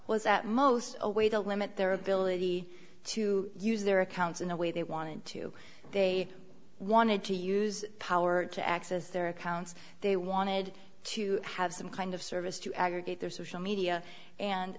was at most a way to limit their ability to use their accounts in a way they wanted to they wanted to use power to access their accounts they wanted to have some kind of service to aggregate their social media and